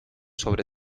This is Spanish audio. sobre